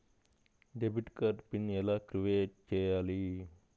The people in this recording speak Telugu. డెబిట్ కార్డు పిన్ ఎలా క్రిఏట్ చెయ్యాలి?